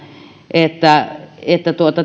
että että